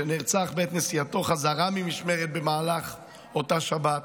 שנרצח בעת נסיעתו חזרה ממשמרת במהלך אותה שבת,